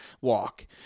walk